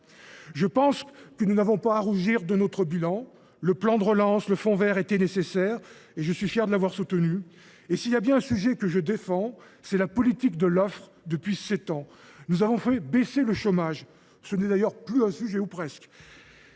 ? Bravo ! Nous n’avons pas à rougir de notre bilan. Le plan de relance et le fonds vert étaient nécessaires, et je suis fier de les avoir soutenus. S’il est un sujet que je défends, c’est la politique de l’offre menée depuis sept ans. Nous avons fait baisser le chômage, qui n’est plus un sujet, ou presque.